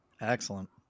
excellent